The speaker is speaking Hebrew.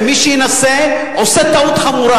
ומי שינסה עושה טעות חמורה.